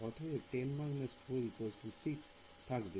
অতএব 10 4 6 থাকবে